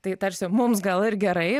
tai tarsi mums gal ir gerai